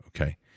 okay